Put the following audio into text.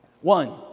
One